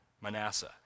Manasseh